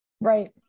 Right